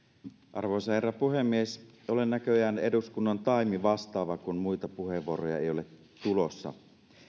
arvoisa herra puhemies olen näköjään eduskunnan taimivastaava kun muita puheenvuoroja ei ole tulossa